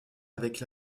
avec